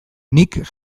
nik